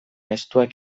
estuak